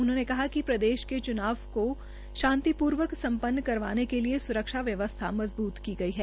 उन्होंने कहा कि प्रदेश के च्नाव को शान्तिपूर्वक सम् न्न करवाने के लिए स्रक्षा व्यवस्था मजबूत की गई है